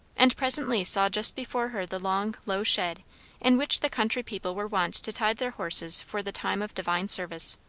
and presently saw just before her the long low shed in which the country people were wont to tie their horses for the time of divine service.